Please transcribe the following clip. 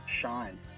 Shine